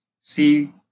see